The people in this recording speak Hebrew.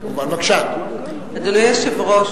אדוני היושב-ראש,